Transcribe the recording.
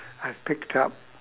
I've picked up